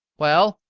well?